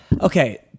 Okay